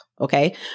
Okay